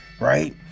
right